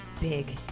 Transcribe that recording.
Big